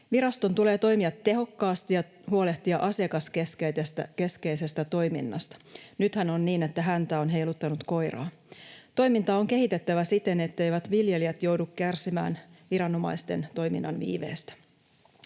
Viraston tulee toimia tehokkaasti ja huolehtia asiakaskeskeisestä toiminnasta. Nythän on niin, että häntä on heiluttanut koiraa. Toimintaa on kehitettävä siten, etteivät viljelijät joudu kärsimään viranomaisten toiminnan viiveestä.